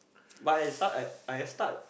but is start at I start